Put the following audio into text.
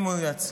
אם הוא יצליח,